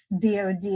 DOD